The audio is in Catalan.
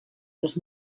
dos